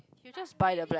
you just buy the black